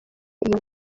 iyi